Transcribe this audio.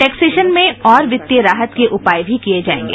taxation में और वित्तीय राहत के उपाय भी किये जायेंगे